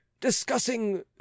discussing